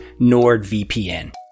NordVPN